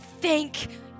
Thank